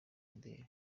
imideli